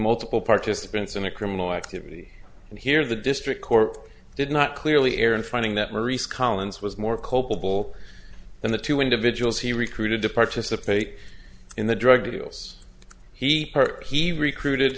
multiple participants in a criminal activity and here the district court did not clearly err in finding that maurice collins was more culpable than the two individuals he recruited to participate in the drug deals he purposely recruited